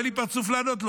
ואין לי פרצוף לענות לו.